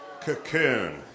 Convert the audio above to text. Cocoon